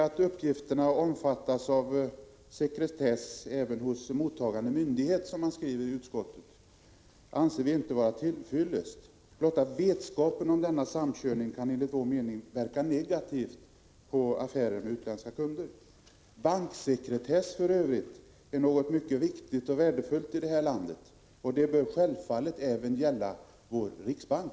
Att uppgifterna omfattas av sekretess även hos mottagande myndighet, som utskottet skriver, anser vi inte vara till fyllest. Blotta vetskapen om denna samkörning kan enligt vår mening inverka negativt på affärer med utländska kunder. Banksekretessen är för övrigt någonting mycket viktigt och värdefullt i det här landet, och den bör självfallet även gälla vår riksbank.